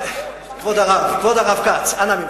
כבוד הרב כץ, אנא ממך,